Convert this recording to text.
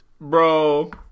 bro